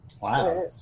Wow